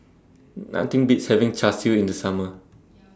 Nothing Beats having Char Siu in The Summer